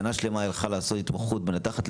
שנה שלמה היא הלכה לעשות התמחות של מנתחת,